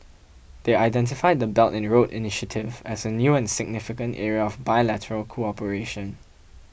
they identified the Belt and Road initiative as a new and significant area of bilateral cooperation